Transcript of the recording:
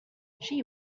she